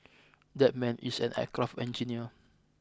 that man is an aircraft engineer